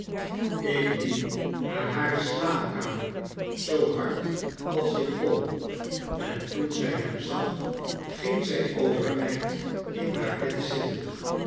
ik liep naar hare slaapkamer zoo hard als ik kon en toen zy hem zag ging zy overeind in haar bed zitten